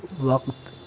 وقت